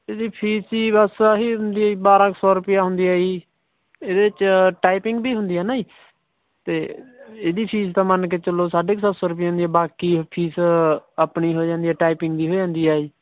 ਇਹਦੀ ਫੀਸ ਜੀ ਬਸ ਆਹ ਹੀ ਹੁੰਦੀ ਹੈ ਜੀ ਬਾਰਾਂ ਕੁ ਸੌ ਰੁਪਈਆ ਹੁੰਦੀ ਹੈ ਜੀ ਇਹਦੇ 'ਚ ਟਾਈਪਿੰਗ ਵੀ ਹੁੰਦੀ ਆ ਨਾ ਜੀ ਅਤੇ ਇਹਦੀ ਫੀਸ ਤਾਂ ਮੰਨ ਕੇ ਚੱਲੋ ਸਾਢੇ ਕੁ ਸੱਤ ਸੌ ਰੁਪਈਆ ਹੁੰਦੀ ਹੈ ਬਾਕੀ ਫੀਸ ਆਪਣੀ ਹੋ ਜਾਂਦੀ ਹੈ ਟਾਈਪਿੰਗ ਦੀ ਹੋ ਜਾਂਦੀ ਹੈ ਜੀ